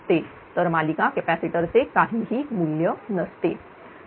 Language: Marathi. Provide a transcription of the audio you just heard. तर मालिका कॅपॅसिटर चे काहीही मूल्य नसते